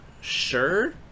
sure